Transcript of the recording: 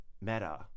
Meta